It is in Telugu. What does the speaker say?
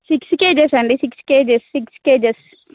సిక్స్ కేజెస్ అండి సిక్స్ కేజెస్ సిక్స్ కేజెస్